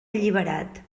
alliberat